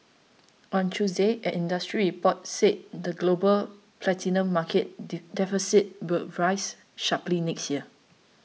on Tuesday an industry report said the global platinum market deficit will rise sharply next year